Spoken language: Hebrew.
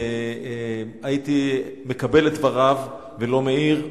הייתי מקבל את דבריו ולא מעיר,